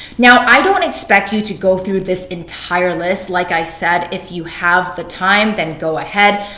now, i don't expect you to go through this entire list like i said. if you have the time, then go ahead.